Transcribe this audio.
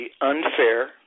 unfair